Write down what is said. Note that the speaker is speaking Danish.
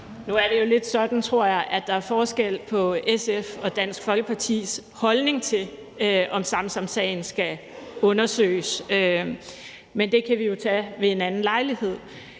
Nu er det jo lidt sådan, tror jeg, at der er forskel på SF's og Dansk Folkepartis holdning til, om Samsamsagen skal undersøges, men det kan vi jo tage ved en anden lejlighed.